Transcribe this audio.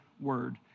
word